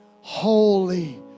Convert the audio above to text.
holy